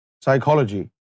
psychology